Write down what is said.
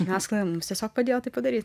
žiniasklaida mums tiesiog padėjo tai padaryt